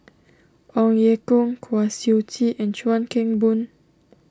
Ong Ye Kung Kwa Siew Tee and Chuan Keng Boon